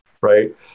right